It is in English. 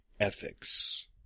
ethics